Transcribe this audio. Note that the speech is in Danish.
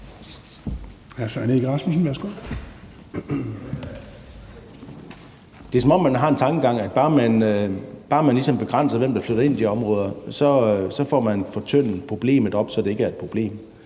Det er, som om man har den tankegang, at bare man ligesom begrænser, hvem der flytter ind i de områder, så får man fortyndet problemet, så det ikke er et problem.